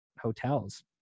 hotels